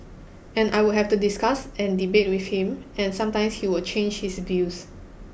and I would have to discuss and debate with him and sometimes he would change his views